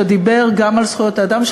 שדיבר גם על זכויות האדם,